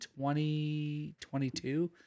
2022